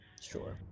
Sure